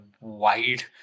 wide